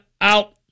out